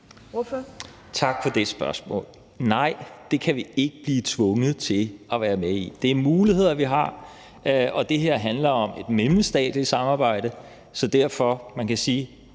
Tak for det spørgsmål. Nej, det kan vi ikke blive tvunget til at være med i. Det er muligheder, vi har, og det her handler om et mellemstatsligt samarbejde, så derfor kan man sige